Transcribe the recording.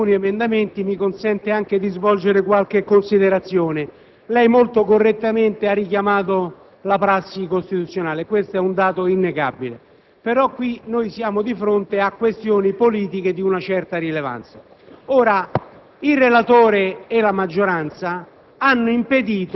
Presidente, la presentazione di alcuni emendamenti da parte mia mi consente anche di svolgere qualche considerazione. Lei, molto correttamente, ha richiamato la prassi costituzionale (è un dato innegabile), ma siamo di fronte a questioni politiche di una certa rilevanza.